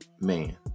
man